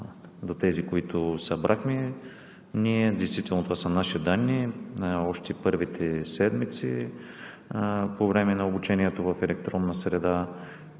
до тези, които ние събрахме. Действително това са наши данни. Още първите седмици – по време на обучението в електронна среда,